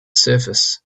surface